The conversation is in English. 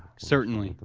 certainly,